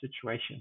situation